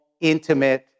intimate